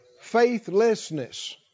Faithlessness